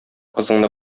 кызыңны